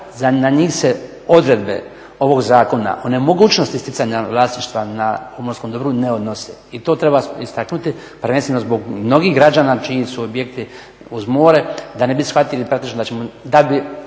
Na njih se odredbe ovog zakona o nemogućnosti sticanja vlasništva na pomorskom dobru ne odnose. I to treba istaknuti prvenstveno zbog mnogih građana čiji su objekti uz more, da ne bi shvatili praktično, da bi